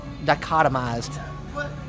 dichotomized